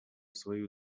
свою